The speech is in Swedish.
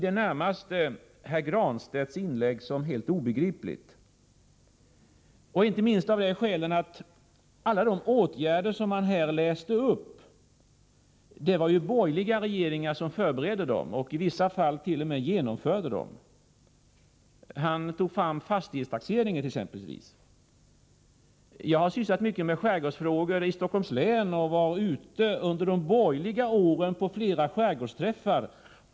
Jag betraktar herr Granstedts inlägg som i det närmaste obegripligt, inte minst av det skälet att alla de åtgärder som han räknade upp förbereddes, och i vissa fall genomfördes, av borgerliga regeringar. Han tog t.ex. upp fastighetstaxeringen. Jag har sysslat mycket med skärgårdsfrågor i Stockholms län och var under de borgerliga åren ute på flera skärgårdsträffar.